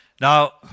Now